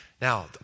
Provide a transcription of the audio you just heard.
Now